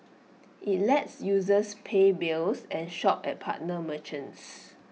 IT lets users pay bills and shop at partner merchants